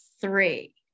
three